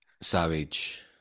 Savage